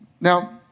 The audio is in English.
Now